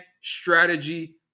strategy